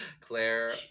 Claire